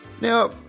Now